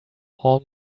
all